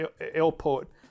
Airport